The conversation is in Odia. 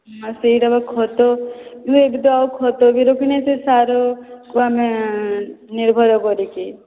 ସେହିଟା ବା ଖତ ଏହିଠି ତ ୟେ ଖତ ବି ରଖିନାହାନ୍ତି ସାର କୁ ଆମେ ନିର୍ଭର କରିଛି